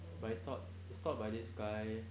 but I thought it's taught by this guy